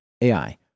AI